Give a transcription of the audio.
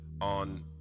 On